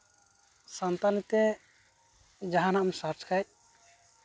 ᱥᱟᱱᱛᱟᱲᱤᱛᱮ ᱡᱟᱦᱟᱱᱟ ᱮᱢ ᱥᱟᱨᱪ ᱠᱷᱟᱡ